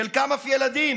חלקם אף ילדים,